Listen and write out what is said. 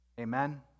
Amen